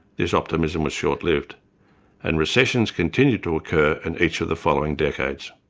this optimism was short-lived and recessions continued to occur in each of the following decades.